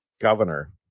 governor